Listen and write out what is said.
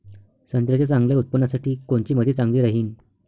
संत्र्याच्या चांगल्या उत्पन्नासाठी कोनची माती चांगली राहिनं?